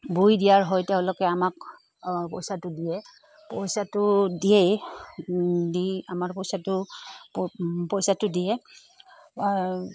বৈ দিয়াৰ হয় তেওঁলোকে আমাক পইচাটো দিয়ে পইচাটো দিয়ে দি আমাৰ পইচাটো পইচাটো দিয়ে